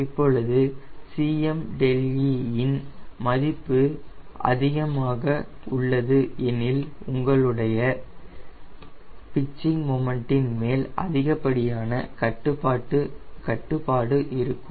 இப்பொழுது Cme இன் மதிப்பு அதிகமாக உள்ளது எனில் உங்களுக்கு உங்களுடைய பிட்சிங் மொமன்டின் மேல் அதிகப்படியான கட்டுப்பாடு இருக்கும்